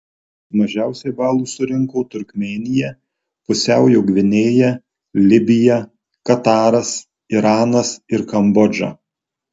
mažiausiai balų surinko turkmėnija pusiaujo gvinėja libija kataras iranas ir kambodža